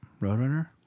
Roadrunner